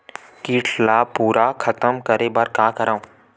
कीट ला पूरा खतम करे बर का करवं?